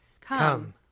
Come